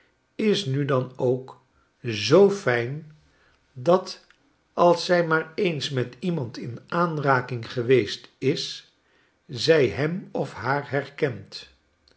is nu dan ook zoo fijn dat als zij maar eens met iemand in aanraking geweest is zij hem of haar herkent